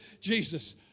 Jesus